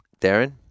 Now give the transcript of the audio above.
Darren